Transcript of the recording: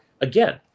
again